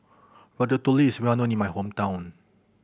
ratatouille is well known in my hometown